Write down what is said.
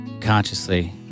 consciously